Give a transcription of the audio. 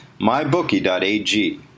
mybookie.ag